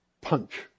punch